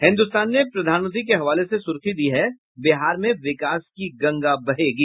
हिन्दुस्तान ने प्रधानमंत्री के हवाले से सुर्खी दी है बिहार में विकास की गंगा बहेगी